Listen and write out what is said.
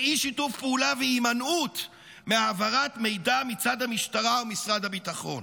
אי-שיתוף פעולה והימנעות מהעברת מידע מצד המשטרה ומשרד הביטחון.